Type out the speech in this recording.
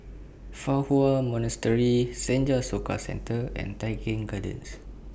Fa Hua Monastery Senja Soka Centre and Tai Keng Gardens